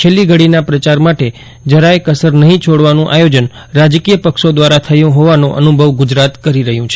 છેલ્લી ઘડીના પ્રચાર માટે જરાય કસર નહીં છોડવાનું આયોજન રાજકીય પક્ષો દ્વારા થયું હોવાનો અનુભવ ગુજરાત કરી રહ્યું છે